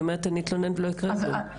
היא אומרת "אני אתלונן ולא יקרה כלום".